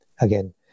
Again